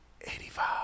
eighty-five